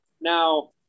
Now